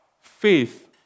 Faith